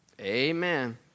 Amen